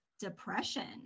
depression